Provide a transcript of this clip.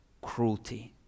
cruelty